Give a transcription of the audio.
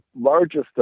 largest